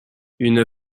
une